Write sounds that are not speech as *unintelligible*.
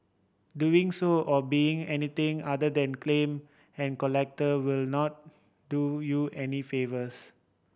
doing so or being anything other than *unintelligible* and collect will not do you any favours